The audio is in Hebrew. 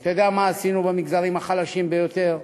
אתה יודע מה עשינו במגזרים החלשים ביותר?